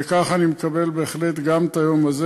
וככה אני מקבל בהחלט גם את היום הזה.